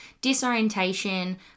disorientation